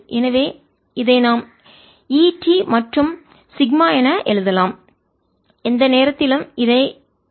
எனவே இதை நாம் E t மற்றும் சிக்மா என எழுதலாம் எந்த நேரத்திலும் இதை எழுதலாம்